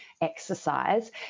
exercise